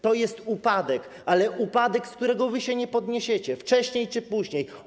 To jest upadek, ale upadek, z którego wy się nie podniesiecie, wcześniej czy później.